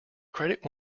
credit